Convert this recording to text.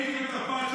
--- בתרפ"ט,